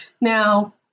Now